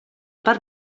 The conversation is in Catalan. per